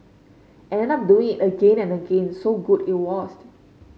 and ended up doing again and again so good it was